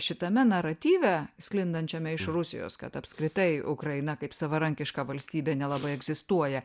šitame naratyve sklindančiame iš rusijos kad apskritai ukraina kaip savarankiška valstybė nelabai egzistuoja